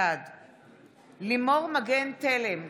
בעד לימור מגן תלם,